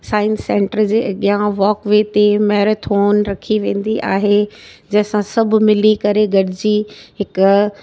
science centre जे अॻियां walkway ते मेरेथोन रखी वेंदी आहे जंहिंसा सभु मिली करे गॾजी हिकु